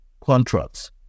contracts